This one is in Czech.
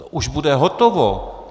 To už bude hotovo.